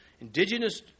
indigenous